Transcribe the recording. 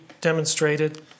demonstrated